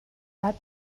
that